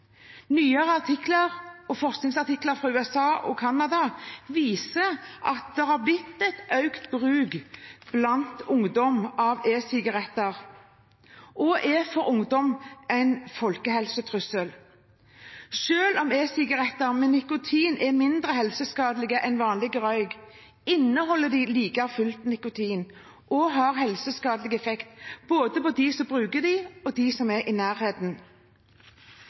Nyere forskningsartikler fra USA og Canada viser at bruk av e-sigaretter har økt blant, og er en folkehelsetrussel for, ungdom. Selv om e-sigaretter med nikotin er mindre helseskadelig enn vanlig røyk, inneholder de like fullt nikotin og har helseskadelig effekt, både på brukerne og på dem som er i nærheten.